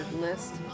list